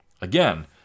Again